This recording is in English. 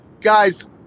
guys